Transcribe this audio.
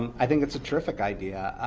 um i think it's a terrific idea.